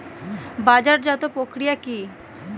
বাজারজাতও প্রক্রিয়া কি?